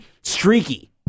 streaky